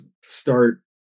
start